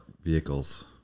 vehicles